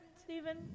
Stephen